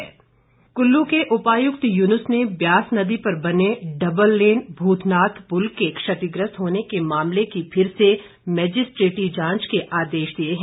valley पुल कुल्लू के उपायुक्त युनूस ने ब्यास नदी पर बने डब्बल लेन भूतनाथ पुल के क्षतिग्रस्त होने के मामले की फिर से मैजिस्ट्रेटी जांच के आदेश दिए हैं